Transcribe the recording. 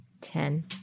Ten